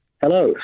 Hello